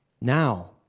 Now